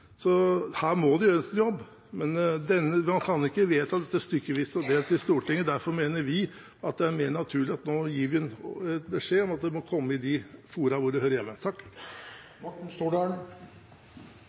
Så her må det gjøres en jobb. Men man kan ikke vedta dette stykkevis og delt i Stortinget. Derfor mener vi det er mer naturlig at vi nå gir beskjed om at dette må komme i de fora hvor det hører hjemme.